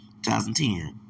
2010